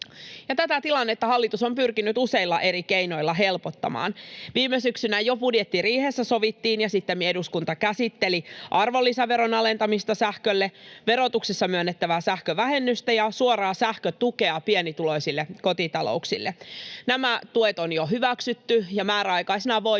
tätä tilannetta hallitus on pyrkinyt useilla eri keinoilla helpottamaan. Viime syksynä jo budjettiriihessä sovittiin ja sittemmin eduskunta käsitteli sähkön arvonlisäveron alentamista, verotuksessa myönnettävää sähkövähennystä ja suoraa sähkötukea pienituloisille kotitalouksille. Nämä tuet on jo hyväksytty, ja ne ovat määräaikaisena voimassa